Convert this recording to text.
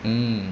mm